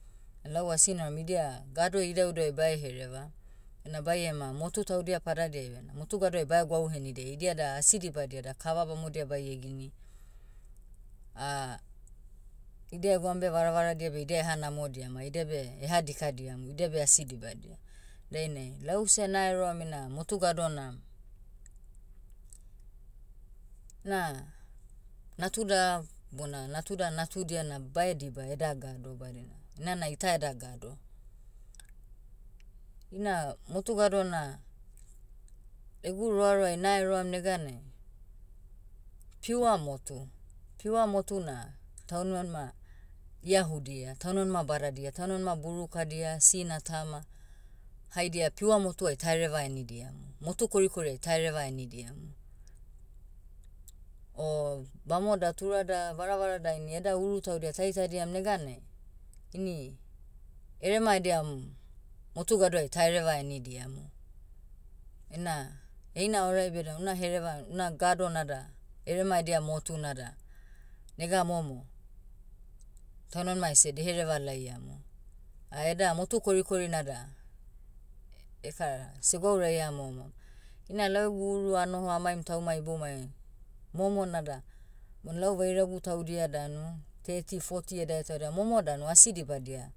Lau asi nauram idia, gado idaudauai bae hereva. Ena baiema motu taudia padadiai bena motu gadoai bae gwau henidia idia da asi dibadia da kava bamodia baie gini. idia egwaum beh varavaradia beh idia eha namodiam ah idia beh eha dikadiamu idia beh asi dibadia. Dainai lause naeroam ina motu gado na, na, natuda, bona natuda natudia na bae diba eda gado badina, nana ita eda gado. Ina motu gado na, egu roaroai naeroam neganai, pure motu, pure motu na, taunmanima, iahudia taunimanima badadia taunimanima burukadia sina tama, haidia pure motuai tahereva enidiamu. Motu korikoriai tahereva enidiamu. O bamoda turada varavarada ini eda uru taudia taitadiam neganai, ini, erema ediam, motu gadoai tahereva enidiamu. Ena, heina orai beda una hereva una gado nada, erema edia motu nada, nega momo, taunmanima ese dehereva laiamu. Ah eda motu korikorina da, ekara segwauraia momom. Ina lau egu uru anoho amaim taumai iboumai, momo nada, bon lau vairagu taudia danu, thirty forty edae taudia momo danu asi dibadia,